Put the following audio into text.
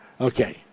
okay